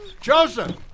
Joseph